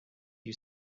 you